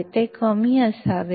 ಇದು ಕಡಿಮೆ ಇರಬೇಕ